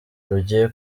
rugiye